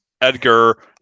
Edgar